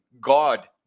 God